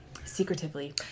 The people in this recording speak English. secretively